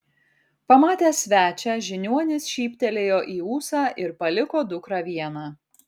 pamatęs svečią žiniuonis šyptelėjo į ūsą ir paliko dukrą vieną